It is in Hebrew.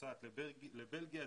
נוסעת לבלגיה,